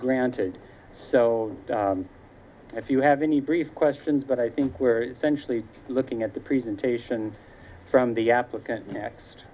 granted so if you have any brief questions but i think we're looking at the presentation from the applicant next